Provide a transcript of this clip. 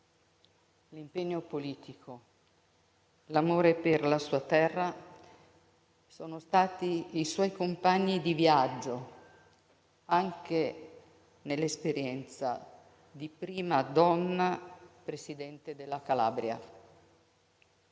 L'impegno politico e l'amore per la sua terra sono stati i suoi compagni di viaggio, anche nell'esperienza di prima donna Presidente della Calabria: